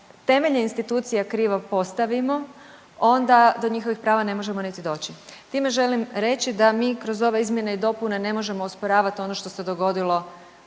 temeljne institucije krivo postavimo onda do njihovih prava ne možemo niti doći. Time želim reći da mi kroz ove izmjene i dopune ne možemo osporavati ono što se dogodilo